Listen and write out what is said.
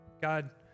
God